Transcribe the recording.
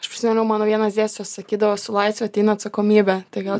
aš prisiminiau mano vienas dėstytojas sakydavo su laisve ateina atsakomybė tai gal